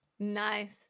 nice